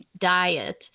diet